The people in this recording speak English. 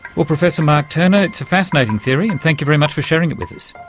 well, professor mark turner, it's a fascinating theory and thank you very much for sharing it with us.